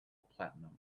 platinum